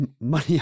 money